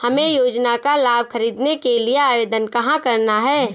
हमें योजना का लाभ ख़रीदने के लिए आवेदन कहाँ करना है?